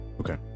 Okay